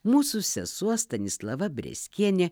mūsų sesuo stanislava breskienė